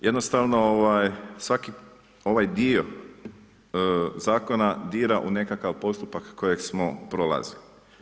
Jednostavno ovaj svaki ovaj dio Zakona dira u nekakav postupak kojeg smo prolazili.